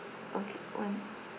okay one